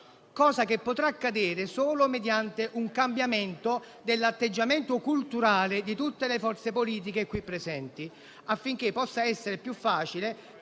Ciò potrà accadere solo mediante un cambiamento dell'atteggiamento culturale di tutte le forze politiche qui presenti, affinché possa essere più facile